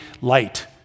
light